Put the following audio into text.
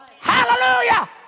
Hallelujah